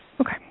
Okay